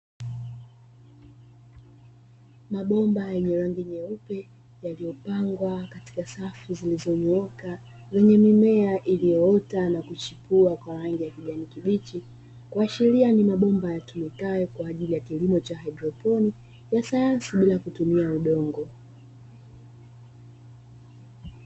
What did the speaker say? Mabomba yenye rangi nyeupe, yaliyopangwa katika safu zilizonyooka, yenye mimea iliyoota na kuchipua kwa rangi ya kijani kibichi kuashiria ni mabomba yatumikayo kwa ajili ya kilimo cha haidroponi ya sayansi bila kutumia udongo.